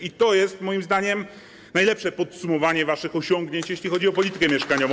I to jest, moim zdaniem, najlepsze podsumowanie waszych osiągnięć, jeśli chodzi o politykę mieszkaniową.